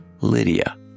Lydia